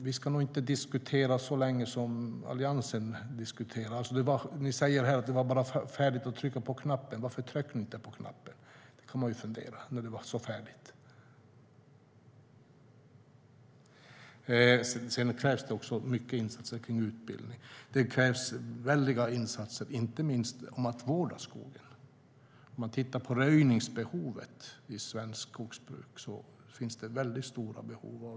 Vi ska nog inte diskutera lika länge som Alliansen diskuterade. Ni säger nu att förslaget var färdigt, att det bara var att trycka på knappen. Varför tryckte ni då inte på knappen? Det kan man fundera på, om det nu var så färdigt. Dessutom krävs stora insatser i form av utbildning. Det krävs väldiga insatser inte minst för att vårda skogen. Om vi tittar på röjningsbehovet i svenskt skogsbruk ser vi att det finns stora behov.